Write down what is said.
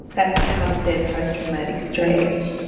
that's part of their post-traumatic stress.